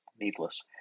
needless